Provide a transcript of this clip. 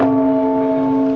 oh